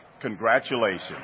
Congratulations